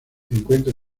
encuentra